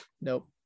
Nope